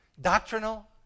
doctrinal